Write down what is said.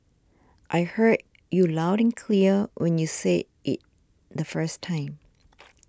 I heard you loud and clear when you said it the first time